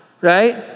right